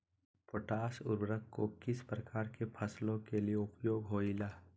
Potash उर्वरक को किस प्रकार के फसलों के लिए उपयोग होईला?